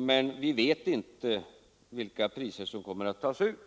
men att vi inte vet vilka priser som kommer att tas ut.